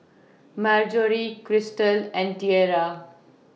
Marjory Cristal and Tiera